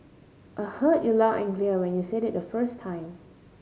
I heard you loud and clear when you said it the first time